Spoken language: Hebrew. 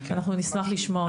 אנחנו נשמח לשמוע אותו.